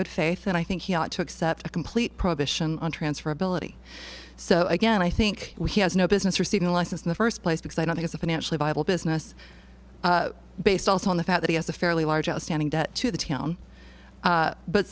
good faith and i think he ought to accept a complete prohibition on transferability so again i think he has no business receiving a license in the first place because i don't think is a financially viable business based on the fact that he has a fairly large outstanding debt to the town